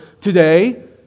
today